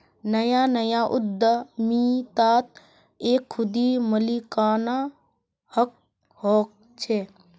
नया नया उद्दमितात एक खुदी मालिकाना हक़ होचे